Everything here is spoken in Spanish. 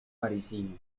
parisino